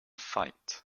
fight